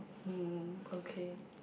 hmm okay